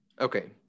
Okay